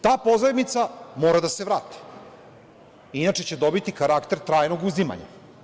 Ta pozajmica mora da se vrati, inače će dobiti karakter trajnog uzimanja.